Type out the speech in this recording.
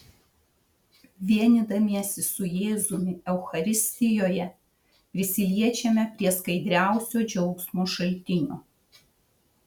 vienydamiesi su jėzumi eucharistijoje prisiliečiame prie skaidriausio džiaugsmo šaltinio